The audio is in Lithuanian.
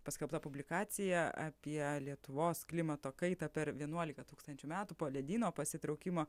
paskelbta publikacija apie lietuvos klimato kaitą per vienuolika tūkstančių metų po ledyno pasitraukimo